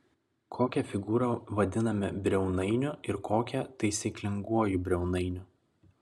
kokią figūrą vadiname briaunainiu ir kokią taisyklinguoju briaunainiu